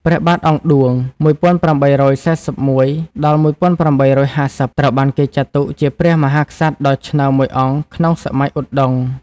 ព្រះបាទអង្គឌួង (១៨៤១-១៨៥០) ត្រូវបានគេចាត់ទុកជាព្រះមហាក្សត្រដ៏ឆ្នើមមួយអង្គក្នុងសម័យឧដុង្គ។